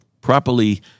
properly